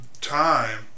time